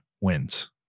wins